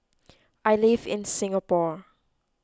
I live in Singapore